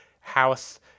house